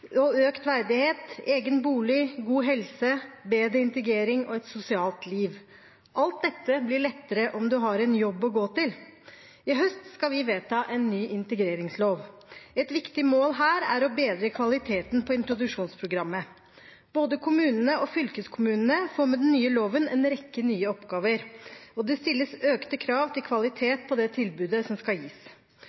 økt verdighet, egen bolig, god helse, bedre integrering og et sosialt liv. Alt dette blir lettere om man har en jobb å gå til. I høst skal vi vedta en ny integreringslov. Et viktig mål her er å bedre kvaliteten på introduksjonsprogrammet. Både kommunene og fylkeskommunene får med den nye loven en rekke nye oppgaver, og det stilles økte krav til kvalitet på det tilbudet som skal gis.